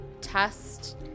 test-